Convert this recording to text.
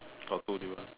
got two view lah